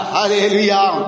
Hallelujah